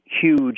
huge